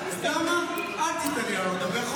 אתה יודע מה, אל תיתן לי לעלות ולדבר.